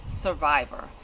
survivor